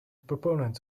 proponents